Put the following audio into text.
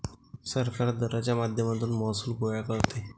सरकार दराच्या माध्यमातून महसूल गोळा करते